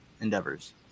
endeavors